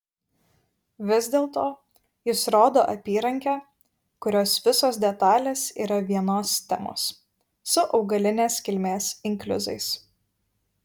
vis dėlto jis rodo apyrankę kurios visos detalės yra vienos temos su augalinės kilmės inkliuzais